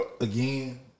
again